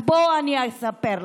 אז בואו אני אספר לכם.